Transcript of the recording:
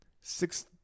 six